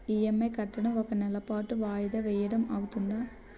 EMI కట్టడం ఒక నెల పాటు వాయిదా వేయటం అవ్తుందా?